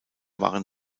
waren